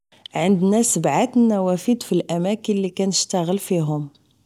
عندنا سبعة النوافد فالاماكن اللي كنشتاغل فيهم